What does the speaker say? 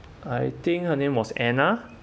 I think her name was anna